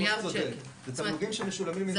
זה תמלוגים שמשולמים ממשרד האנרגיה,